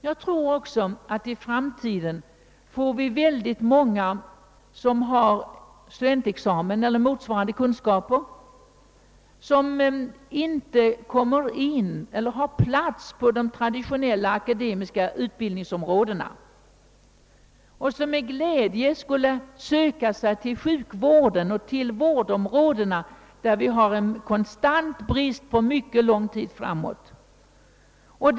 Jag tror också att i framtiden väldigt många av dem som har studentexamen eller motsvarande kunskaper inte kommer att få plats på de traditionella akademiska utbildningsområdena och med glädje skulle söka sig till sjukvården och vårdområdena, där vi kommer att ha en konstant personalbrist under mycket lång tid framöver.